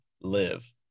live